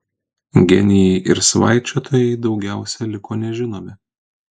genijai ir svaičiotojai daugiausiai liko nežinomi